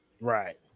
Right